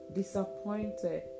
disappointed